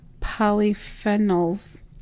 polyphenols